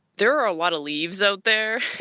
there are a lot of leaves out there,